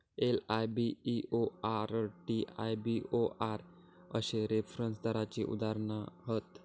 LIBOR, TIBOR अश्ये reference दराची उदाहरणा हत